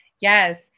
yes